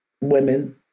women